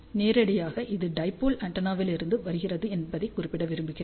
நேரடியாக இது டைபோல் ஆண்டெனாவிலிருந்து வருகிறது என்பதைக் குறிப்பிட விரும்புகிறேன்